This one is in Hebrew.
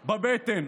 תחושה בבטן,